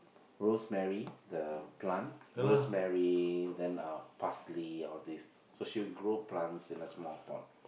rosemary the plant rosemary then uh parsley all these so she'll grow plants in a small pot